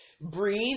Breeze